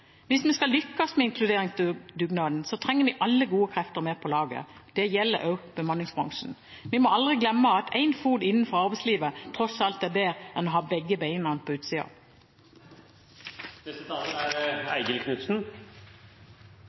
Hvis vi skal lykkes med inkluderingsdugnaden, trenger vi alle gode krefter med på laget. Dette gjelder også bemanningsbransjen. Vi må aldri glemme at en fot innenfor arbeidslivet tross alt er bedre enn å ha begge bena på utsiden. Dette er